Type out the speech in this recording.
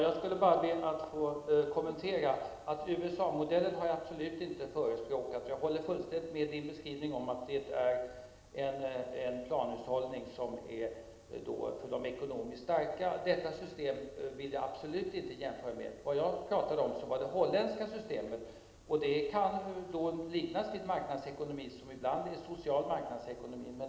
Herr talman! Jag har absolut inte förespråkat USA-modellen. Jag instämmer helt i Johan Lönnroths beskrivning av att det där råder en planhushållning som gynnar de ekonomiskt starka. Jag använde inte detta system som en jämförelse. Jag talade om det holländska systemet, som kan liknas vid en marknadsekonomi och ibland är en social marknadsekonomi.